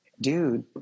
Dude